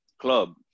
club